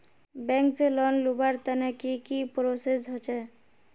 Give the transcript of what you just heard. Bank से loan लुबार तने की की प्रोसेस होचे?